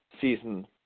season